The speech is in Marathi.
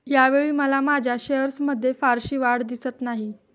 यावेळी मला माझ्या शेअर्समध्ये फारशी वाढ दिसत नाही